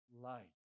light